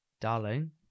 darling